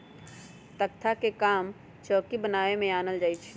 तकख्ता के काम चौकि बनाबे में आनल जाइ छइ